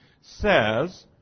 says